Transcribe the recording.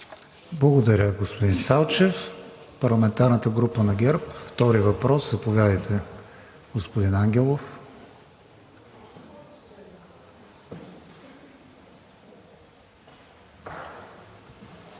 Благодаря, господин Салчев. Парламентарната група на ГЕРБ-СДС – втори въпрос. Заповядайте, господин Ангелов.